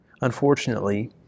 Unfortunately